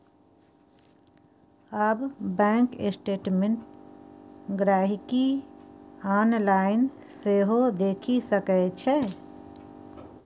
आब bank statement गांहिकी online सेहो देखि सकै छै